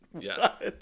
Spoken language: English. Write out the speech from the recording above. Yes